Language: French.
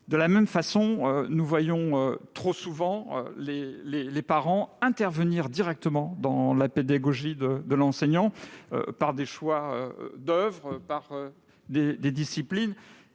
De la même façon, nous voyons trop souvent les parents intervenir directement dans la pédagogie de l'enseignant, dans les choix d'oeuvres, dans les disciplines.